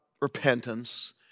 repentance